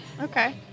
Okay